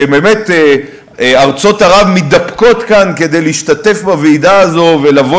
שבאמת ארצות מתדפקות כאן כדי להשתתף בוועידה הזאת ולבוא